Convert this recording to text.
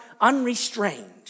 unrestrained